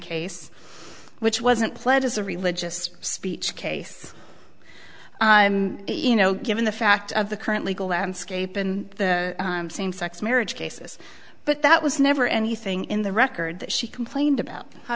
case which wasn't pledge as a religious speech case and you know given the fact of the current legal landscape in the same sex marriage cases but that was never anything in the record that she complained about how